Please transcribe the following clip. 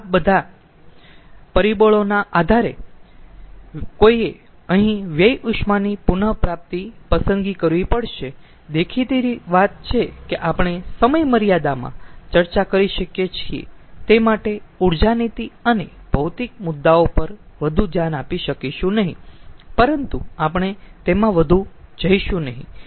આ બધા પરિબળોના આધારે કોઈયે અહીં વ્યય ઉષ્માની પુન પ્રાપ્તિ ઉપકરણ પસંદ કરવું પડશે દેખીતી વાત છે કે આપણે સમય મર્યાદામાં ચર્ચા કરી શકીયે છીએ તે માટે ઊર્જા નીતિ અને ભૌતિક મુદ્દાઓ પર વધુ ધ્યાન આપી શકીશું નહીં પરંતુ આપણે તેમાં વધુ જઈશું નહીં